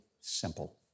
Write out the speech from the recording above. simple